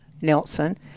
Nelson